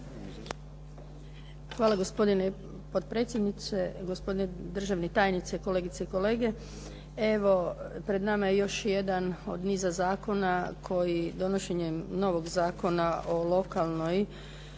Hvala gospodine potpredsjedniče, gospodine državni tajniče, kolegice i kolege. Evo, pred nama je još jedan od niza zakona koji donošenjem novog Zakona o lokalnoj